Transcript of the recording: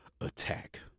attack